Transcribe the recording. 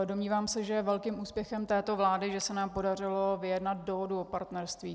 Domnívám se, že je velkým úspěchem této vlády, že se nám podařilo vyjednat Dohodu o partnerství.